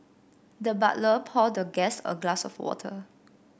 the butler poured the guest a glass of water